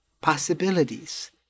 possibilities